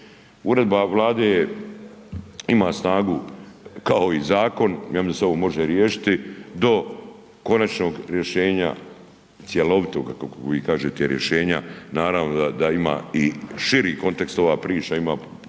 Uredba Vlade je ima snagu kao i zakon, ja mislim da se ovo može riješiti do konačnog rješenja cjelovitog kako vi kažete rješenja, naravno da ima i širi kontekst ova priča ima potreba